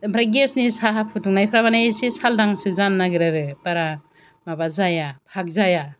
ओमफ्राय गेसनि साहा फुदुंनायपोरा माने एसे साल्दांसो जानो नागिरो आरो बारा माबा जाया भाग जाया